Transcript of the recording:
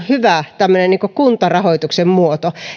hyvä kuntarahoituksen muoto